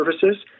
services